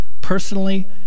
Personally